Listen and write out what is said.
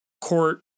court